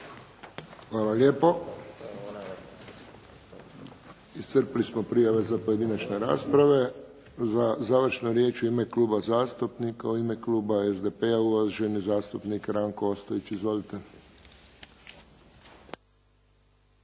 Hvala lijepo. Iscrpili smo prijave za pojedinačne rasprave. Za završnu riječ u ime kluba zastupnika, u ime kluba SDP-a, uvaženi zastupnik Ranko Ostojić. Izvolite.